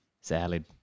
Salad